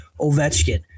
Ovechkin